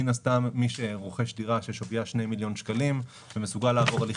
מן הסתם מי שרוכש דירה ששוויה 2 מיליון שקלים ומסוגל לעבור הליך